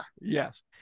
Yes